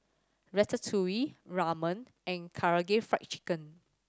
Ratatouille Ramen and Karaage Fried Chicken